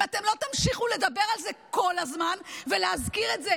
אם אתם לא תמשיכו לדבר על זה כל הזמן ולהזכיר את זה